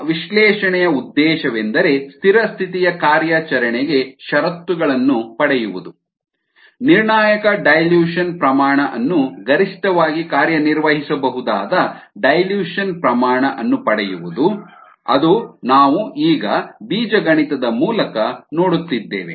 ನಮ್ಮ ವಿಶ್ಲೇಷಣೆಯ ಉದ್ದೇಶವೆಂದರೆ ಸ್ಥಿರ ಸ್ಥಿತಿಯ ಕಾರ್ಯಾಚರಣೆಗೆ ಷರತ್ತುಗಳನ್ನು ಪಡೆಯುವುದು ನಿರ್ಣಾಯಕ ಡೈಲ್ಯೂಷನ್ ಸಾರಗುಂದಿಸುವಿಕೆ ಪ್ರಮಾಣ ಅನ್ನು ಗರಿಷ್ಠವಾಗಿ ಕಾರ್ಯನಿರ್ವಹಿಸಬಹುದಾದ ಡೈಲ್ಯೂಷನ್ ಸಾರಗುಂದಿಸುವಿಕೆ ಪ್ರಮಾಣ ಅನ್ನು ಪಡೆಯುವುದು ಅದು ನಾವು ಈಗ ಬೀಜಗಣಿತದ ಮೂಲಕ ನೋಡುತ್ತಿದ್ದೇವೆ